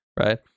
right